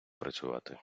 працювати